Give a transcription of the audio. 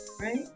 right